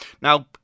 Now